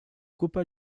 copa